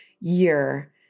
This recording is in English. year